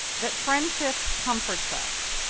that friendship comforts us,